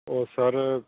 ਉਹ ਸਰ